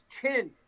chin